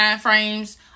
frames